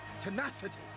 tenacity